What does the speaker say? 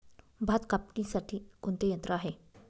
भात कापणीसाठी कोणते यंत्र आहे?